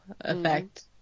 effect